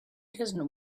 doesn’t